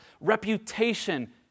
reputation